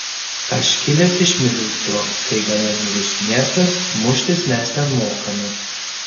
aš kilęs iš midlsbro tai gana niūrus miestas muštis mes ten mokame